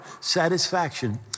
satisfaction